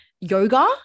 yoga